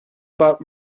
about